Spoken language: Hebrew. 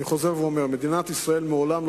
אני חוזר ואומר: בפועל מדינת ישראל מעולם לא